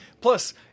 Plus